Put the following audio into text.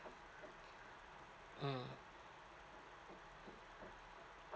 mm